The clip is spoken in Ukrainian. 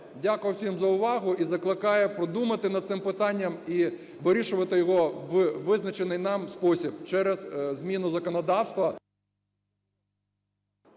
Дякую всім за увагу. І закликаю подумати над цим питанням і вирішувати його в визначений нам спосіб – через зміну законодавства…